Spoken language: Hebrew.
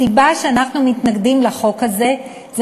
הסיבה לכך שאנחנו מתנגדים לחוק הזה היא